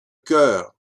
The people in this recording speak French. cœur